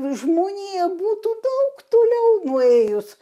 žmonija būtų daug toliau nuėjus